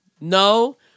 No